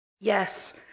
Yes